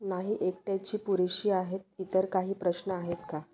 नाही एकट्याची पुरेशी आहेत इतर काही प्रश्न आहेत का